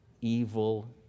evil